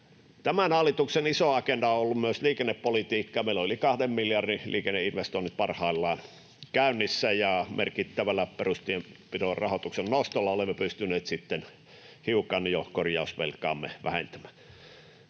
Tämän hallituksen iso agenda on ollut myös liikennepolitiikka. Meillä on yli 2 miljardin liikenneinvestoinnit parhaillaan käynnissä, ja merkittävällä perustienpidon rahoituksen nostolla olemme pystyneet hiukan jo korjausvelkaamme vähentämään.